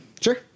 Sure